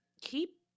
keep